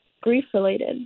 grief-related